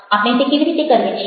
આપણે તે કેવી રીતે કરીએ છીએ